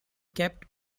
kept